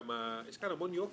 יש כאן המון יופי.